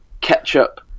ketchup